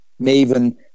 maven